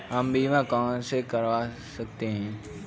हम बीमा कहां से करवा सकते हैं?